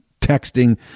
texting